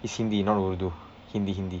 it's hindi not urdu hindi hindi